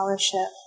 scholarship